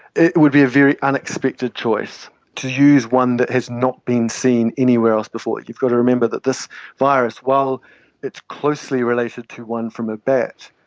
it would be a very unexpected choice to use one that has not been seen anywhere else before. you've got to remember that this virus, while it's closely related to one from a bat,